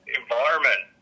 environment